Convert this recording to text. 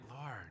Lord